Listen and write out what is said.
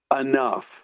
enough